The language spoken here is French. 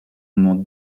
m’en